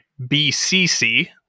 BCC